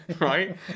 right